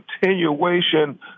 continuation